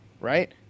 right